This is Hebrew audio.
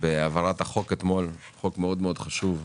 בהעברת החוק אתמול, חוק חשוב מאוד,